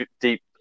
deep